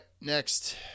next